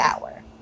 Hour